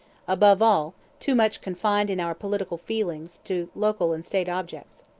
above all, too much confined in our political feelings to local and state objects.